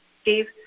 steve